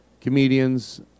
comedians